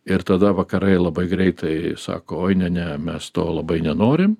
ir tada vakarai labai greitai sako oi ne ne mes to labai nenorim